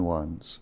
ones